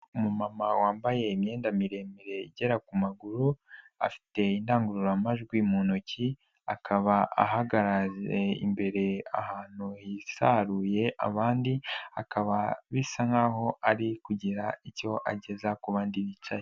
Umuma wambaye imyenda miremire igera ku maguru afite indangururamajwi mu ntoki akaba ahagaze imbere ahantu hitaruye abandi, akaba bisa nk'aho ari kugira icyo ageza ku bandi bicaye.